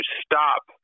stop